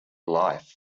life